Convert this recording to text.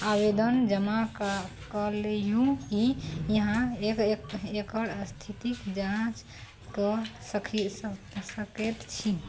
आवेदन जमा कऽ लेलहुँ कि यहाँ ए ए एकर स्थितक जाँच कऽ सकी सके सकैत छी